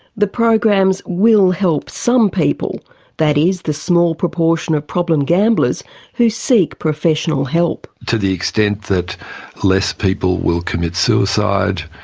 the programs will help some people that is, the small proportion of problem gamblers who seek professional help. to the extent that less people will commit suicide,